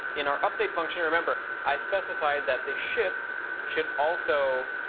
in our update function remember i specified that the ship should also